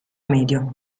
medio